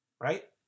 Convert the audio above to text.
right